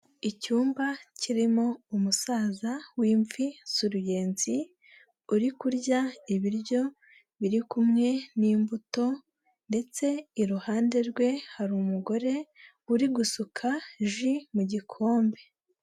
Icyumba kirimo umusaza w'imvi z'uruyenzi, uri kurya ibiryo biri kumwe n'imbuto ndetse iruhande rwe hari umugore uri gusuka ji mu gikombe.